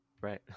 Right